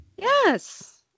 Yes